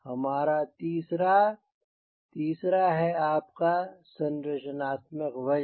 हमारा तीसरा तीसरा है आपका संरचनात्मक वजन